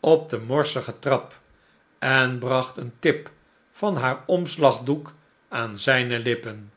op de morsige trap en bracht een tip van haar omslagdoek aan zijne lippen